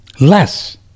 Less